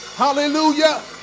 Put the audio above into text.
Hallelujah